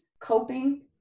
Coping